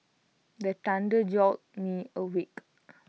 the thunder jolt me awake